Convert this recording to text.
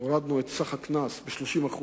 הורדנו את הקנס ב-30%,